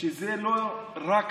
שזה לא רק